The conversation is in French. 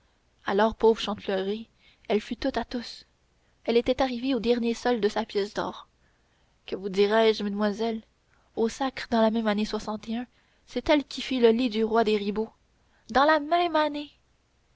alors pauvre chantefleurie elle fut toute à tous elle était arrivée au dernier sol de sa pièce d'or que vous dirai-je mesdamoiselles au sacre dans la même année c'est elle qui fit le lit du roi des ribauds dans la même année